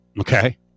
Okay